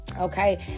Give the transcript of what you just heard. Okay